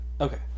Okay